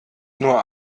nur